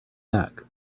back